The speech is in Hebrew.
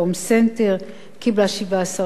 קיבלה 17 שקלים לשעה,